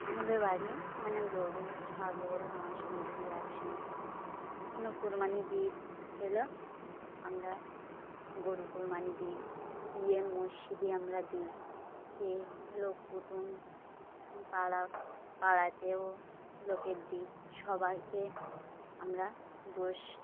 আমাদের বাড়ি মানে গরু ছাগল হাঁস মুরগি আছে আমরা কুরবানি দিই ঈদ এলে আমরা গরু কুরবানি দিই দিয়ে মসজিদে আমরা দিই ফের লোক কুটুম্ব পাড়া পাড়াতেও লোকের দিই সবাইকে আমরা গোশ